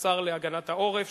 השר להגנת העורף.